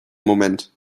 moment